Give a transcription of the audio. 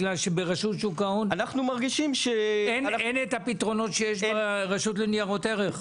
בגלל שברשות שוק ההון אין את הפתרונות שיש ברשות לניירות ערך.